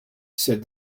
said